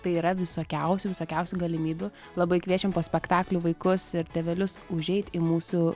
tai yra visokiausių visokiausių galimybių labai kviečiam po spektaklių vaikus ir tėvelius užeit į mūsų